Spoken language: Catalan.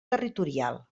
territorial